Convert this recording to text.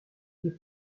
mais